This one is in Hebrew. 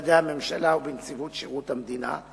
במשרדי הממשלה ובנציבות שירות המדינה,